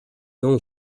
non